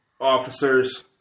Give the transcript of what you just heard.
officers